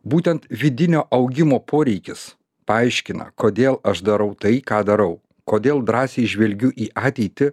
būtent vidinio augimo poreikis paaiškina kodėl aš darau tai ką darau kodėl drąsiai žvelgiu į ateitį